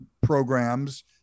programs